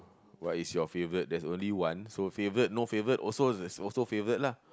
what is your favourite there's only one so favourite no favourite also there's also favourite lah